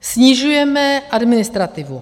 Snižujeme administrativu.